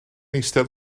eistedd